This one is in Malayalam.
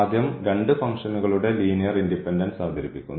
ആദ്യം രണ്ട് ഫംഗ്ഷനുകൾടെ ലീനിയർ ഇൻഡിപെൻഡൻസ് അവതരിപ്പിക്കുന്നു